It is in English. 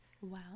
Wow